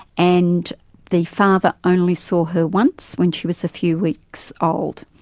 and the father only saw her once when she was a few weeks' old.